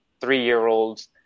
three-year-olds